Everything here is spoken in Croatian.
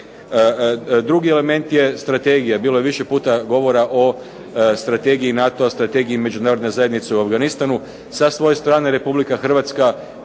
Drugi element je strategija. Bilo je više puta govora o strategiji NATO-a, strategiji Međunarodne zajednice u Afganistanu. Sa svoje strane Republika Hrvatska,